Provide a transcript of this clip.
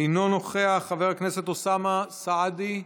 אינו נוכח, חבר הכנסת אוסאמה סעדי,